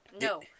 no